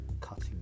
cutting